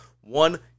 one